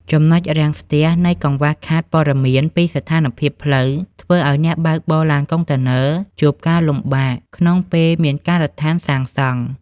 ចំណុចរាំងស្ទះនៃ "កង្វះខាតព័ត៌មានពីស្ថានភាពផ្លូវ" ធ្វើឱ្យអ្នកបើកបរឡានកុងតឺន័រជួបការលំបាកក្នុងពេលមានការដ្ឋានសាងសង់។